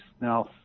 now